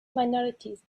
minorities